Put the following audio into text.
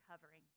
covering